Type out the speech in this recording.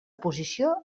posició